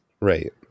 Right